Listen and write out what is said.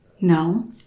No